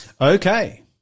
Okay